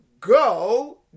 go